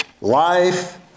Life